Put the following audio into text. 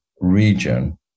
region